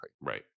Right